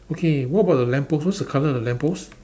okay what about the lamppost what's the colour of the lamppost